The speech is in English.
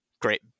great